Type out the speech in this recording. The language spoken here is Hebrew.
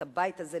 את הבית הזה,